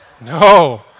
No